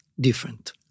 different